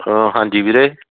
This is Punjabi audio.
ਹਾਂ ਹਾਂਜੀ ਵੀਰੇ